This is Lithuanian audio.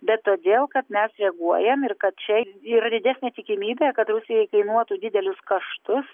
bet todėl kad mes reaguojam ir kad čia yra didesnė tikimybė kad rusijai kainuotų didelius kaštus